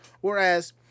Whereas